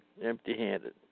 empty-handed